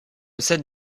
cette